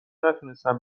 نتونستن